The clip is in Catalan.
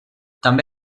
també